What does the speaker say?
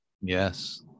Yes